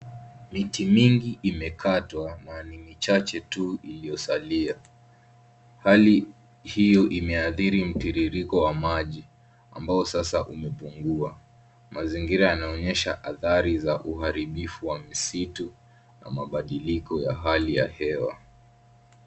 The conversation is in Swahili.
Miti mingi imekatwa na ni michache tu iliyosalia. Hali hiyo imeathiri mtiririko wa maji ambao Sasa umepungua. Mazingira yanaonyesha athari za uharibifu wa misitu na mabadiliko ya hali ya hewa.